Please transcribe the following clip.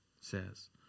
says